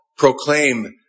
proclaim